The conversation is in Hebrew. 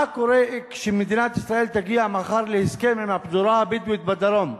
מה יקרה כשמדינת ישראל תגיע מחר להסכם עם הפזורה הבדואית בדרום,